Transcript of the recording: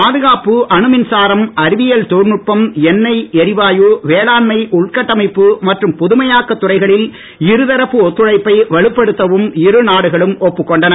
பாதுகாப்பு அணுமின்சாரம் அறிவியல் தொழில் நுட்பம் எண்ணெய் எரிவாயு வேளாண்மை உள்கட்டமைப்பு மற்றும் புதுமையாக்கத் துறைகளில் இருதரப்பு ஒத்துழைப்பை வலுப்படுத்தவும் இருநாடுகளும் ஒப்புக் கொண்டன